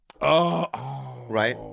right